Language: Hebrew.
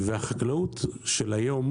ולחקלאות של היום,